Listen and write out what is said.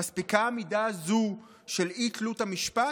המספיקה מידה זו של אי-תלות המשפט?"